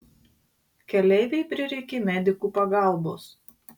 keleivei prireikė medikų pagalbos